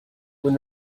when